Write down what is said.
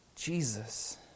Jesus